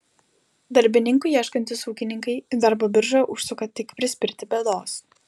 darbininkų ieškantys ūkininkai į darbo biržą užsuka tik prispirti bėdos